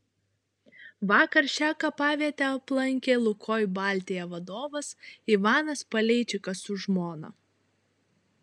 vakar šią kapavietę aplankė lukoil baltija vadovas ivanas paleičikas su žmona